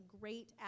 great